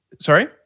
sorry